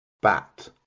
Bat